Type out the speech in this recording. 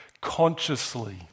consciously